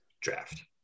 draft